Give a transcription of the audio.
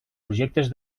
projectes